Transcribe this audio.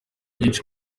nyinshi